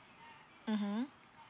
mmhmm